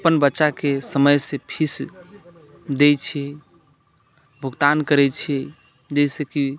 अपन बच्चाके समयसँ फीस दैत छी भुगतान करैत छी जाहिसँ कि